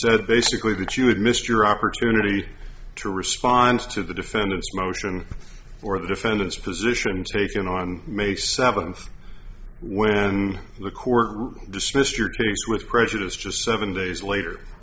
said basically that you would miss your opportunity to response to the defendant's motion or the defendant's position taken on may seventh when the court dismissed your case with prejudice just seven days later